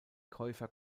käufer